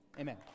Amen